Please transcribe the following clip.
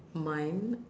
mind